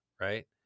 Right